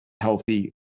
healthy